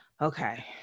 okay